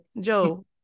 Joe